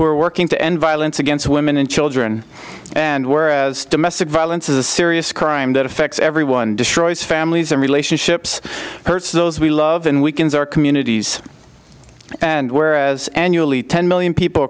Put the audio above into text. are working to end violence against women and children and words domestic violence is a serious crime that affects everyone destroys families and relationships hurts those we love and weakens our communities and whereas annually ten million people